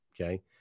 Okay